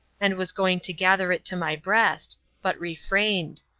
and was going to gather it to my breast. but refrained.